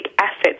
assets